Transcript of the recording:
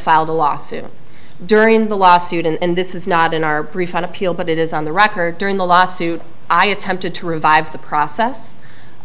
filed a lawsuit during the lawsuit and this is not in our brief on appeal but it is on the record during the lawsuit i attempted to revive the process